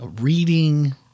reading